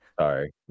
Sorry